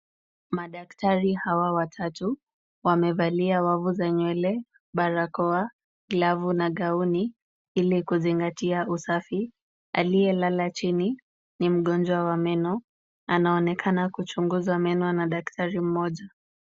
Madaktari hawa watatu wamevalia wavu za nywele, barakoa, glavu na gauni ili kuzingatia usafi. Aliyelala chini ni mgonjwa wa meno. Anaonekana kuchunguzwa meno na daktari mmoja.